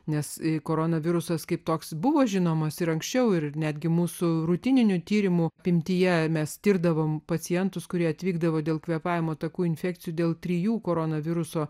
nes koronavirusas kaip toks buvo žinomas ir anksčiau ir netgi mūsų rutininiu tyrimu apimtyje mes tirdavome pacientus kurie atvykdavo dėl kvėpavimo takų infekcijų dėl trijų koronaviruso